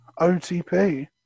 OTP